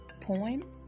poem